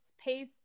pace